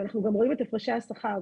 ואנחנו גם רואים את הפרשי השכר.